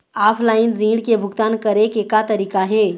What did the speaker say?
Offline ऋण के भुगतान करे के का तरीका हे?